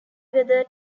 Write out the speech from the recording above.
weather